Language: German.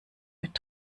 mit